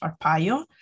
Arpaio